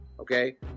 Okay